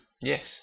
Yes